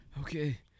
Okay